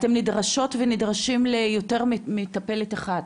אתם נדרשות ונדרשים ליותר ממטפלת אחת.